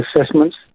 assessments